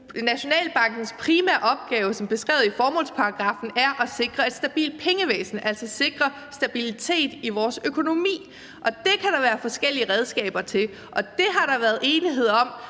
Nationalbankens primære opgave, som er beskrevet i formålsparagraffen, er at sikre et stabilt pengevæsen, altså sikre stabilitet i vores økonomi, og det kan der være forskellige redskaber til. Det har der så været enighed om